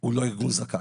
שהוא לא ארגון זכאי.